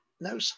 no